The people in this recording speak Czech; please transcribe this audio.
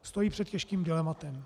Stojí před těžkým dilematem.